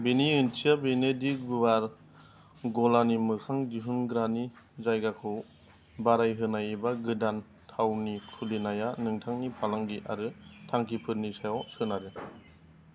बेनि ओंथिया बेनो दि गुवार गलानि मोखां दिहुनग्रानि जायगाखौ बारायहोनाय एबा गोदान थावनि खुलिनाया नोंथांनि फालांगि आरो थांखिफोरनि सायाव सोनारो